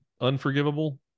unforgivable